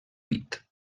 pit